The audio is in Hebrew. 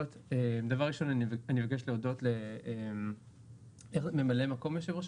ראשון אני רוצה להודות לממלא מקום יושב-ראש